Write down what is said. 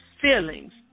feelings